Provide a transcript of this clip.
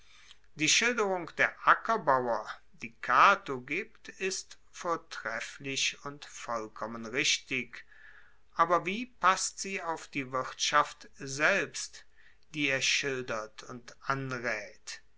die schilderung der ackerbauer die cato gibt ist vortrefflich und vollkommen richtig aber wie passt sie auf die wirtschaft selbst die er schildert und anraet